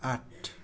आठ